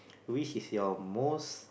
which is your most